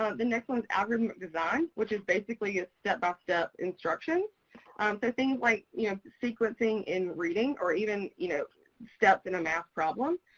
ah the next one's algorithmic design, which is basically a step-by-step instruction. so things like you know sequencing in reading or even you know steps in a math problem.